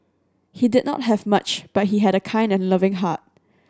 he did not have much but he had a kind and loving heart